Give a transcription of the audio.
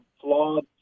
flawed